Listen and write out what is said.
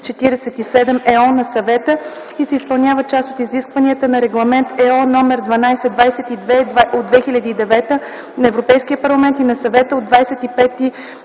94/47/ЕО на Съвета и се изпълняват част от изискванията на Регламент (ЕО) № 1222/2009 на Европейския парламент и на Съвета от 25